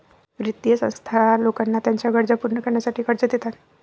वित्तीय संस्था लोकांना त्यांच्या गरजा पूर्ण करण्यासाठी कर्ज देतात